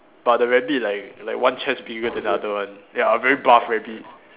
but the rabbit like like one chest bigger than the other one ya a very buff rabbit